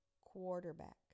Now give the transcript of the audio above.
Quarterback